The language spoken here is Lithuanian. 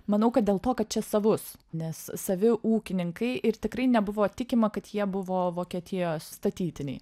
manau kad dėl to kad čia savus nes savi ūkininkai ir tikrai nebuvo tikima kad jie buvo vokietijos statytiniai